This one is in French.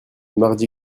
mardi